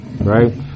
right